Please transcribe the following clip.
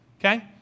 okay